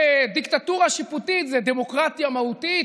ודיקטטורה שיפוטית זו דמוקרטיה מהותית,